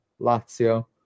Lazio